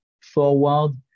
forward